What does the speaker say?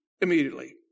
immediately